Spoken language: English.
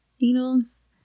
needles